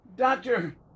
Doctor